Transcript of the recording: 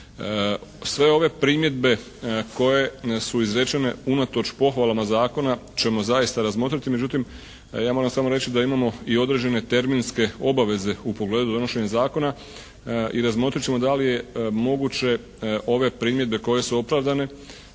Sve ove primjedbe koje su izrečene unatoč pohvalama zakona ćemo zaista razmotriti. Međutim ja moram samo reći da imamo i određene terminske obaveze u pogledu donošenja zakona i razmotrit ćemo da li je moguće ove primjedbe koje su opravdane